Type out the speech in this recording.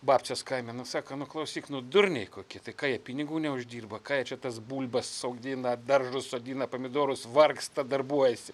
babcės kaime nu saka nu klausyk nu durniai kokie tai ką jie pinigų neuždirba ką jie čia tas bulbas sodina daržus sodina pomidorus vargsta darbuojasi